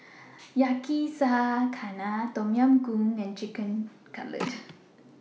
Yakizakana Tom Yam Goong and Chicken Cutlet